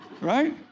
right